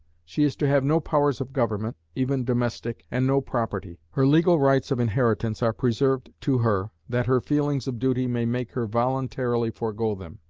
she is to have no powers of government, even domestic, and no property. her legal rights of inheritance are preserved to her, that her feelings of duty may make her voluntarily forego them.